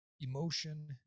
Emotion